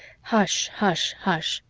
hush hush hush!